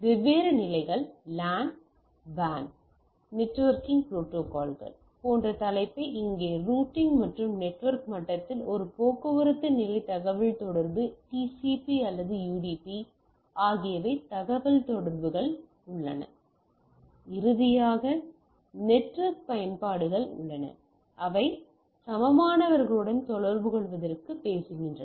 வெவ்வேறு நிலைகளின் LAN WAN networking ப்ரோட்டோக்காள்கள் போன்ற தலைப்பை இங்கே ரூட்டிங் மற்றும் நெட்வொர்க் மட்டத்தில் ஒரு போக்குவரத்து நிலை தகவல் தொடர்பு TCP அல்லது UDP ஆகியவை தகவல்தொடர்புகள் உள்ளன இறுதியாக நெட்வொர்க் பயன்பாடுகள் உள்ளன அவை சமமானவர்களுடன் தொடர்புகொள்வதற்கு பேசுகின்றன